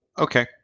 Okay